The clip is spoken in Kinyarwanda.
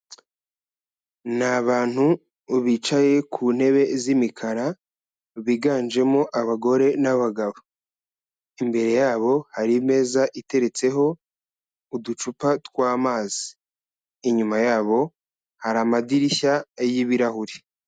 Ni abantu bicaye ku ntebe z'imikara biganjemo abagore n'abagabo, imbere yabo hari imeza iteretseho uducupa tw'amazi, inyuma yabo hari amadirishya y'ibirahuri.